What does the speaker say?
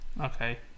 Okay